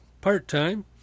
part-time